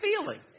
feeling